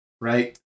right